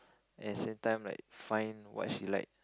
at the same time like find what she like